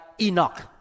Enoch